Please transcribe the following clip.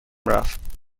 رفت